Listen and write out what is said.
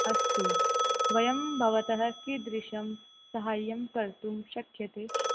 अस्तु वयं भवतः कीदृशं सहाय्यं कर्तुं शक्यते